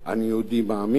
אני יהודי מאמין.